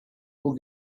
will